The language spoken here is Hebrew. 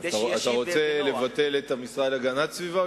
אתה רוצה לבטל את המשרד להגנת הסביבה,